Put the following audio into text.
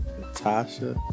Natasha